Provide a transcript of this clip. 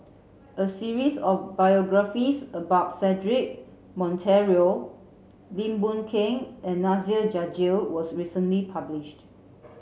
a series of biographies about Cedric Monteiro Lim Boon Keng and Nasir Jalil was recently published